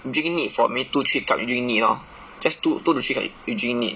you drink neat for maybe two to three cup you drink neat lor just two two to three up you drink neat